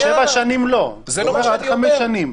שבע שנים לא, זה עד חמש שנים.